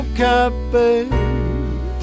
cafe